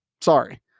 Sorry